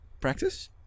practice